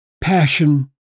passion